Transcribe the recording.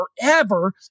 forever